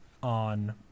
on